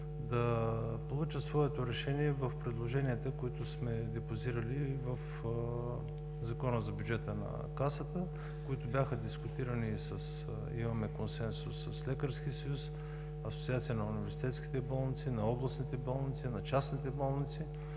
да получат своето решение в предложенията, които сме депозирали в Закона за бюджета на Касата, които бяха дискутирани – имаме консенсус с Лекарския съюз, Асоциацията на университетските болници, на областните болници, на частните болници.